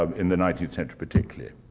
um in the nineteenth century, particularly.